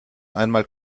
einmal